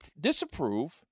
disapprove